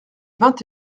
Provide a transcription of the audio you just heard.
vingt